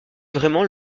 vraiment